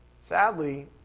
Sadly